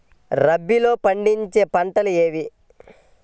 రబీలో పండించే పంటలు ఏవి?